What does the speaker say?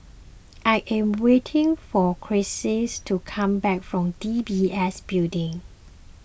I am waiting for Chelsi to come back from D B S Building